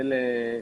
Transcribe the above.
אלו הם